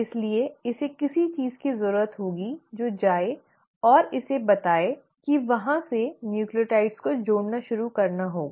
इसलिए इसे किसी चीज की जरूरत होगी जो जाए इसे बताएं कि वहां से न्यूक्लियोटाइड को जोड़ना शुरू करना होगा